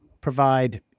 provide